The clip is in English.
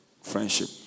friendship